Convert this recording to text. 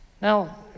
Now